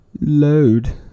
Load